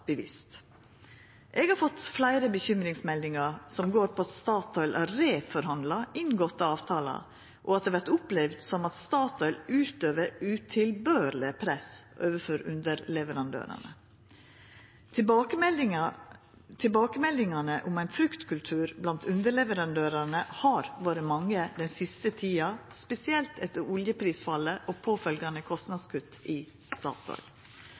Eg har fått fleire bekymringsmeldingar som går på at Statoil har reforhandla inngåtte avtalar, og at det vert opplevd som at Statoil utøver utilbørleg press overfor underleverandørane. Tilbakemeldingane om ein fryktkultur blant underleverandørane har vore mange den siste tida, spesielt etter oljeprisfallet og påfølgjande kostnadskutt i